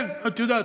כן, את יודעת.